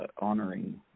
honoring